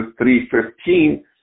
3.15